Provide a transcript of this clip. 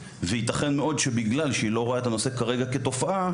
וייתכן מאוד שבגלל שהיא לא רואה את הנושא כרגע כתופעה,